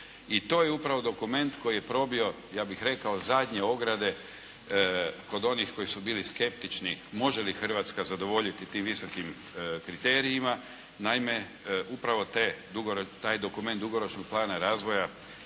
I to je upravo dokument koji je probio ja bih rekao zadnje ograde kod onih koji su bili skeptični može li Hrvatska zadovoljiti tim visokim kriterijima. Naime, upravo taj dokument Dugoročnog plana razvoja